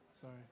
Sorry